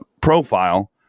profile